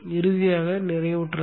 இறுதியாக நிறைவுற்றது